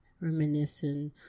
Reminiscing